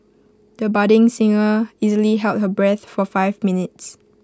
the budding singer easily held her breath for five minutes